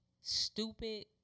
stupid